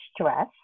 stress